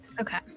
okay